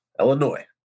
Illinois